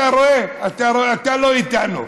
אתה רואה, אתה לא איתנו.